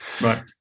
Right